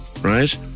right